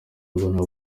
ntabwo